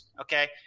okay